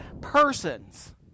persons